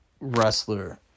wrestler